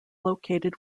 located